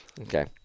Okay